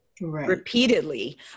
repeatedly